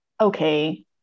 okay